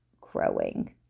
growing